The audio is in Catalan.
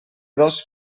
dos